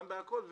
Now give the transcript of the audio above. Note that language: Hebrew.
בכול,